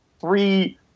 three